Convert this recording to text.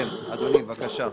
אדוני, בבקשה.